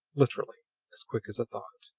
literally as quick as thought.